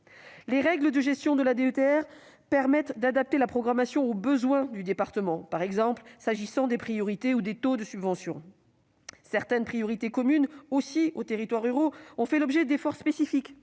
Les règles de gestion de la DETR permettent d'adapter la programmation aux besoins du département, s'agissant par exemple des priorités ou des taux de subvention. Certaines priorités communes aux territoires ruraux ont fait l'objet d'efforts spécifiques